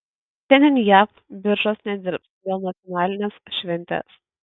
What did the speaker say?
šiandien jav biržos nedirbs dėl nacionalinės šventės